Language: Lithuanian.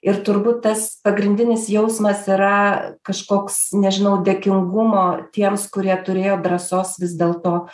ir turbūt tas pagrindinis jausmas yra kažkoks nežinau dėkingumo tiems kurie turėjo drąsos vis dėlto